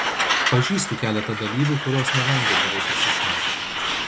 pažįstu keletą dalyvių kurios nevengia gerai prisišniot